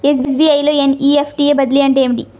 SBI లో NEFT బదిలీ అంటే ఏమిటి?